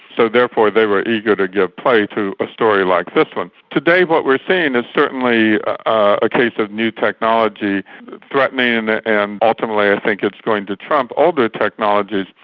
so therefore they were eager to give play to a story like this one. today what we're seeing is certainly a case of new technology threatening and ultimately i think it's going to trump older technologies,